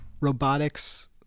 robotics